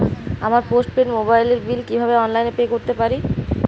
আমার postpaid মোবাইলের bill কীভাবে অনলাইনে পে করতে পারি?